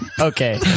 Okay